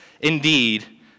indeed